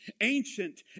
ancient